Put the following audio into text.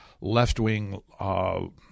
left-wing